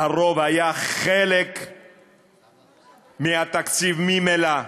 הרוב היה חלק מהתקציב ממילא,